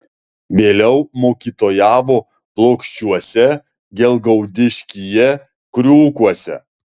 vėliau mokytojavo plokščiuose gelgaudiškyje kriūkuose